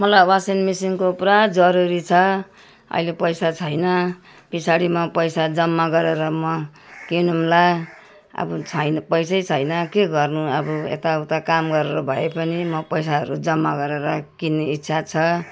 मलाई वासिङ मसिनको पुरा जरुरी छ अहिले पैसा छैन पछाडि म पैसा जम्मा गरेर म किनौँला अब छैन पैसै छैन के गर्नु अब यताउता काम गरेर भए पनि म पैसाहरू जम्मा गरेर किन्ने इच्छा छ